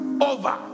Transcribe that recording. over